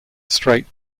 straight